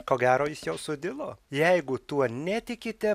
ko gero jis jau sudilo jeigu tuo netikite